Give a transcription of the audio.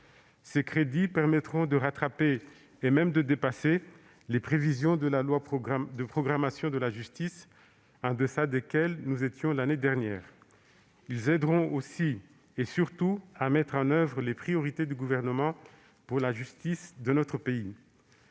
Ces crédits permettront de rattraper et même de dépasser les prévisions de la loi de programmation 2018-2022 et de réforme pour la justice en deçà desquelles nous étions l'année dernière. Ils aideront aussi et surtout à mettre en oeuvre les priorités du Gouvernement pour la justice de notre pays,